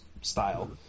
style